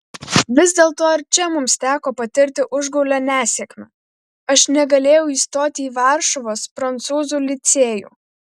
vis dėlto ir čia mums teko patirti užgaulią nesėkmę aš negalėjau įstoti į varšuvos prancūzų licėjų